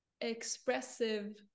expressive